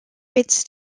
its